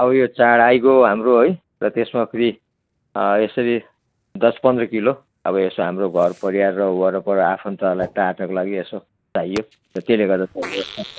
अब यो चाड आइगयो हाम्रो है र त्यसमा फेरि यसरी दस पन्ध्र किलो अब यसो हाम्रो घर परिवार र वरपर आफन्तहरूलाई लागि यसो चाहियो र त्यसले गर्दा